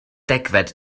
degfed